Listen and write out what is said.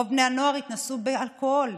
רוב בני הנוער התנסו באלכוהול.